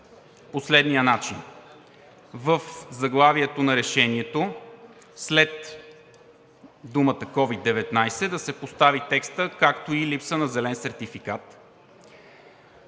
по следния начин: В заглавието на Решението: след думите „COVID-19“ да се постави текстът „както и липса на зелен сертификат“.